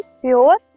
pure